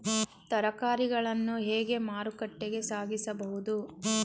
ತರಕಾರಿಗಳನ್ನು ಹೇಗೆ ಮಾರುಕಟ್ಟೆಗೆ ಸಾಗಿಸಬಹುದು?